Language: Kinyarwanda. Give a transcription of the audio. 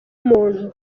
muntu